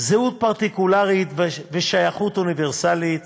זהות פרטיקולרית ושייכות אוניברסלית,